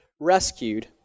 rescued